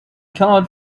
cannot